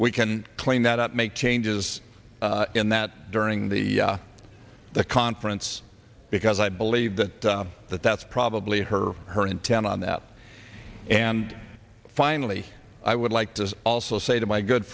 we can clean that up make changes in that during the the conference because i believe that that that's probably her or her intent on that and finally i would like to also say to my good